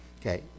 Okay